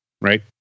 right